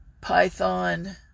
Python